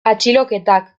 atxiloketak